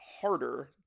harder